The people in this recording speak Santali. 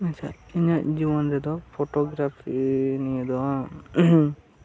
ᱤᱧᱟᱹᱜ ᱡᱤᱭᱚᱱ ᱨᱮᱫᱚ ᱯᱷᱳᱴᱳᱜᱨᱟᱯᱷᱤ ᱱᱤᱭᱮ ᱫᱚ ᱦᱟᱜ